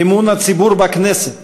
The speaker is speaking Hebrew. אמון הציבור בכנסת